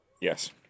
Yes